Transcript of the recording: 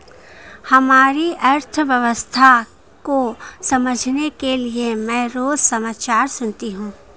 हमारी अर्थव्यवस्था को समझने के लिए मैं रोज समाचार सुनती हूँ